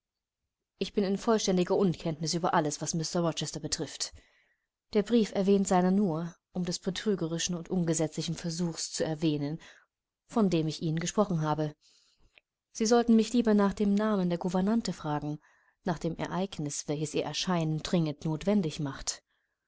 ich bin in vollständiger unkenntnis über alles was mr rochester betrifft der brief erwähnt seiner nur um des betrügerischen und ungesetzlichen versuchs zu erwähnen von dem ich ihnen gesprochen habe sie sollten mich lieber nach dem namen der gouvernante fragen nach dem ereignis welches ihr erscheinen dringend notwendig macht